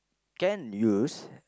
can use